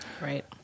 Right